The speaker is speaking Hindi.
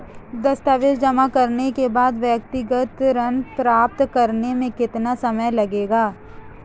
दस्तावेज़ जमा करने के बाद व्यक्तिगत ऋण प्राप्त करने में कितना समय लगेगा?